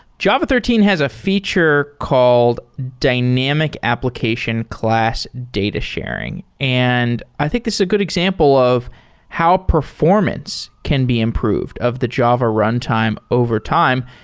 java thirteen has a feature called dynamic application class data sharing, and i think that's a good example of how performance can be improved of the java runtime overtime.